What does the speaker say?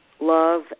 love